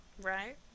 right